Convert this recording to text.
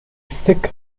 thick